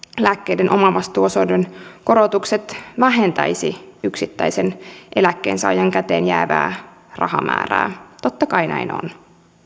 lääkkeiden omavastuuosuuden korotukset vähentäisi yksittäisen eläkkeensaajan käteenjäävää rahamäärää totta kai näin on